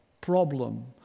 problem